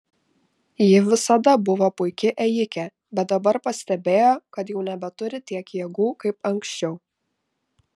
ji visada buvo puiki ėjike bet dabar pastebėjo kad jau nebeturi tiek jėgų kaip anksčiau